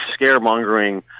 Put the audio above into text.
scaremongering